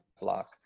block